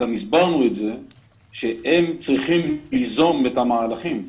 גם הסברנו שהם צריכים ליזום את המהלכים,